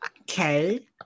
okay